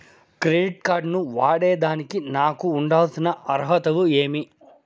Credit card ను వాడేదానికి నాకు ఉండాల్సిన అర్హతలు ఏమి?